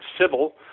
civil